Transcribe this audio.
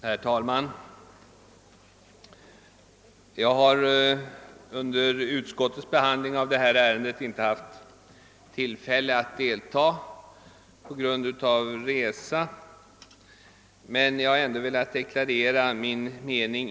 Herr talman! Jag har på grund av resa inte haft tillfälle att delta i utskottets behandling av detta ärende och vill därför här deklarera min mening.